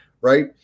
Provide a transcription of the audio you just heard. Right